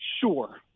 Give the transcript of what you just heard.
Sure